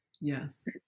yes